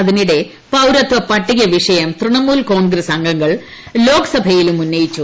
അതിനിടെ പൌരത്വ പട്ടിക വിഷയം തൃണമൂൽ കോൺഗ്രസ്സ് അംഗങ്ങൾ ലോക്സഭയിലും ഉന്നയിച്ചു